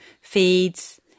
feeds